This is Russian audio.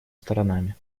сторонами